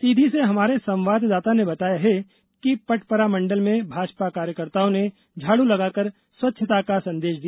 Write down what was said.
सीधी से हमारे संवाददाता ने बताया है कि पटपरा मंडल में भाजपा कार्यकर्ताओं ने झाड़ू लगाकर स्वच्छता का संदेश दिया